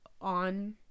on